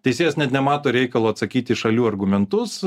teisėjas net nemato reikalo atsakyti į šalių argumentus